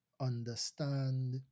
understand